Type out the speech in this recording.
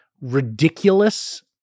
ridiculous